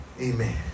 Amen